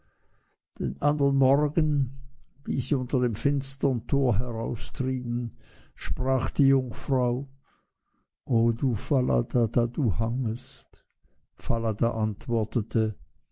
den andern morgen wie sie unter dem finstern tor hinaustrieben sprach die jungfrau o du falada da du hangest falada antwortete